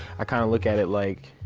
i kinda look at it like,